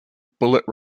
bullet